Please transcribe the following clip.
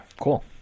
cool